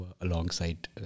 alongside